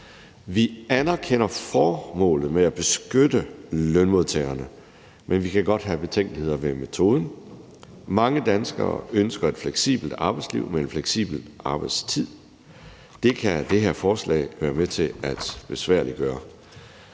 Vi anerkender formålet med at beskytte lønmodtagerne, men vi kan godt have betænkeligheder ved metoden. Mange danskere ønsker et fleksibelt arbejdsliv med en fleksibel arbejdstid. Det kan det her forslag være med til at besværliggøre.